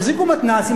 החזיקו מתנ"סים,